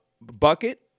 Bucket